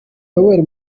yoweri